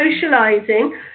socializing